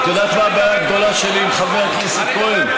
את יודעת מה הבעיה הגדולה שלי עם חבר הכנסת כהן?